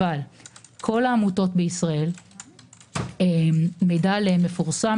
אבל כל העמותות בישראל מידע עליהן מפורסם